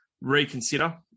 reconsider